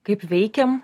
kaip veikiam